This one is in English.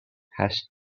has